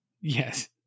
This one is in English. yes